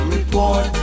Report